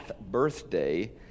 birthday